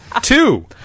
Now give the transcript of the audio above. Two